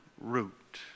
root